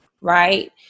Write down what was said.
right